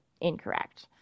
incorrect